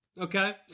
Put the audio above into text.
Okay